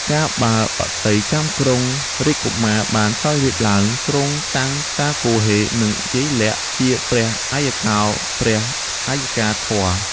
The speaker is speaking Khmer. កាលបើបក្សីចាំក្រុងរាជកុមារបានសោយរាជ្យឡើង ទ្រង់តាំងតាគហ៊េ និង យាយលាក់ ជាព្រះអយ្យកោ ព្រះអយ្យកាធម៌‌។